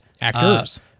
actors